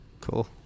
Cool